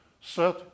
set